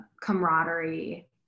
camaraderie